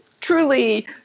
truly